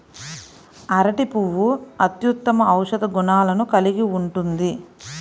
అరటి పువ్వు అత్యుత్తమ ఔషధ గుణాలను కలిగి ఉంటుంది